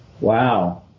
Wow